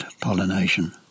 pollination